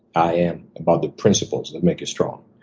i am about the principles that make you strong.